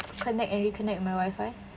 connect and reconnect my WIFI